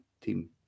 team